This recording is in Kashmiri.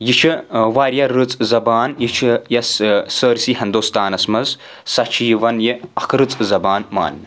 یہِ یہِ چھِ واریاہ رٕژ زبان یہِ چھِ یُس سٲرسٕے ہِنٛدوستَانَس منٛز سۄ چھِ یِوان یہِ اکھ رٕژ زبان ماننہٕ